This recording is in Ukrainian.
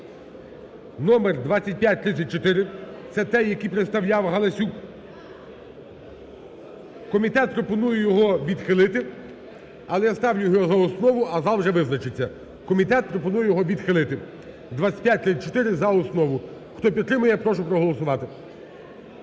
(номер 2534), це той, який представляв Галасюк. Комітет пропонує його відхилити, але я ставлю його за основу, а зал вже визначиться. Комітет пропонує його відхилити. 2534 – за основу. Хто підтримує, прошу проголосувати.